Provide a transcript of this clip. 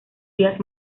días